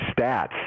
stats